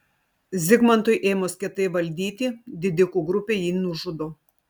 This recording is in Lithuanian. zigmantui ėmus kietai valdyti didikų grupė jį nužudo